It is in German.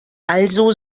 also